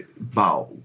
bow